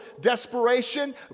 desperation